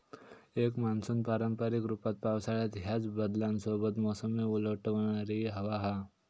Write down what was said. एक मान्सून पारंपारिक रूपात पावसाळ्यात ह्याच बदलांसोबत मोसमी उलटवणारी हवा हा